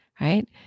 Right